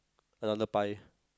another pie